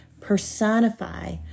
personify